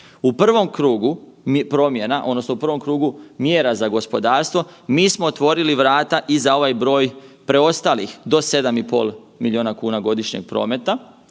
U prvom krugu promjena odnosno u prvom krugu mjera za gospodarstvo mi smo otvorili vrata i za ovaj broj preostalih do 7,5 milijuna kuna godišnjeg prometa.